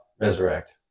resurrect